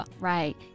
Right